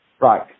Right